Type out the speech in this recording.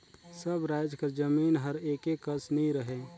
सब राएज कर जमीन हर एके कस नी रहें